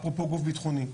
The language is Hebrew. אפרופו גוף בטחוני.